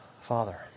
Father